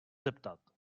zeptat